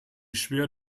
schwer